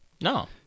No